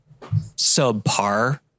subpar